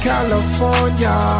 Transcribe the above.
California